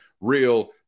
real